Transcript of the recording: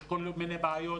יש כל מיני בעיות,